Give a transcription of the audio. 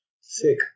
Sick